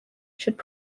should